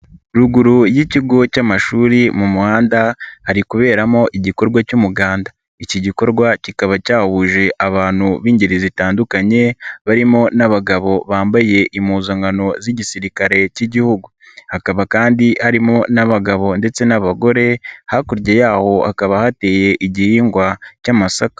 Ruguru y'ikigo cy'amashuri mu muhanda hari kuberamo igikorwa cy'umuganda, iki gikorwa kikaba cyahuje abantu b'ingeri zitandukanye barimo n'abagabo bambaye impuzankano z'igisirikare k'Igihugu, hakaba kandi harimo n'abagabo ndetse n'abagore, hakurya y'aho hakaba hateye igihingwa cy'amasaka.